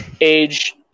Age